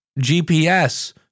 GPS